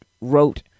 wrote